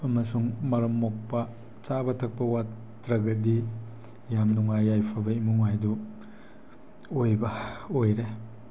ꯑꯃꯁꯨꯡ ꯃꯔꯝ ꯃꯣꯛꯄ ꯆꯥꯕ ꯊꯛꯄ ꯋꯥꯠꯇ꯭ꯔꯒꯗꯤ ꯌꯥꯝ ꯅꯨꯡꯉꯥꯏ ꯌꯥꯏꯐꯕ ꯏꯃꯨꯡ ꯍꯥꯏꯗꯨ ꯑꯣꯏꯕ ꯑꯣꯏꯔꯦ